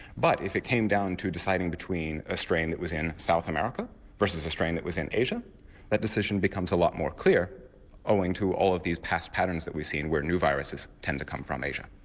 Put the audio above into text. but if it came down to deciding between a strain that was in south america versus a strain that was in asia that decision becomes a lot more clear owing to all of these past patterns that we've seen where new viruses tend to come from asia.